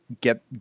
get